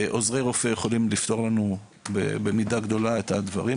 לכן עוזרי רופא יכולים במידה רבה לפתור לנו את הדברים,